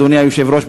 אדוני היושב-ראש,